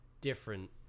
different